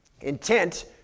intent